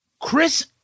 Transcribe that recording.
Chris